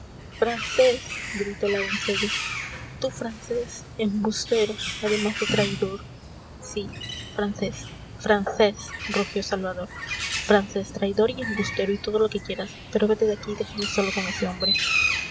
francés gritó la doncella tú francés embustero además de traidor sí francés francés rugió salvador francés traidor y embustero y todo lo que quieras pero vete de aquí y déjame solo con ese hombre